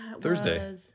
Thursday